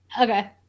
Okay